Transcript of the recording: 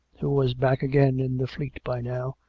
who was back again in the fleet by now,